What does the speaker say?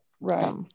Right